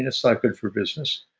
it's not good for business